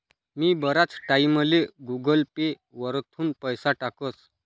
मी बराच टाईमले Google Pay वरथून पैसा टाकस